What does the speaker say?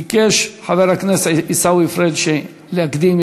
ביקש חבר הכנסת עיסאווי פריג' להקדים,